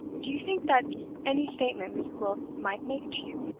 do you think that any statement miss gwilt might make to you,